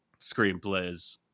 screenplays